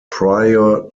prior